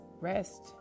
rest